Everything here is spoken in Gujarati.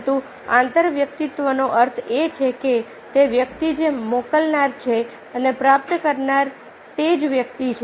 પરંતુ આંતરવ્યક્તિત્વનો અર્થ એ છે કે તે વ્યક્તિ જે મોકલનાર છે અને પ્રાપ્ત કરનાર તે જ વ્યક્તિ છે